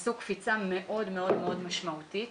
עשו קפיצה מאוד מאוד משמעותית.